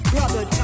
Brother